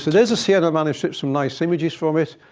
there's the siana manuscript, some nice images from it.